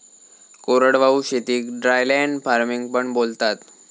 कोरडवाहू शेतीक dryland farming पण बोलतात